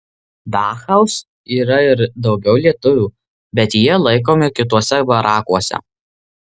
dachau yra ir daugiau lietuvių bet jie laikomi kituose barakuose